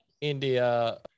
India